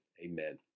Amen